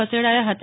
ખસેડાયા હતા